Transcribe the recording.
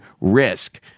RISK